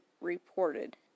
reported